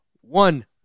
one